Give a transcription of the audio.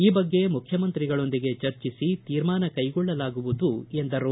ಈ ಬಗ್ಗೆ ಮುಖ್ಯಮಂತ್ರಿಗಳೊಂದಿಗೆ ಚರ್ಚಿಸಿ ತೀರ್ಮಾನ ಕೈಗೊಳ್ಳಲಾಗುವುದು ಎಂದರು